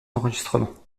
enregistrements